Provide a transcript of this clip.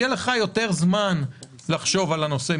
יהיה לך יותר זמן לחשוב על הנושא,